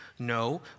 No